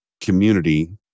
community